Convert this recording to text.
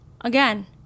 Again